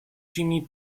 jimmy